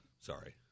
sorry